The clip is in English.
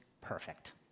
perfect